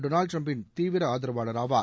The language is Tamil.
டொனால்டு ட்ரம்பின் தீவிர ஆதரவாளர் ஆவார்